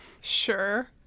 Sure